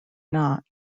not